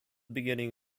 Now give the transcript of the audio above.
beginning